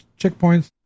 checkpoints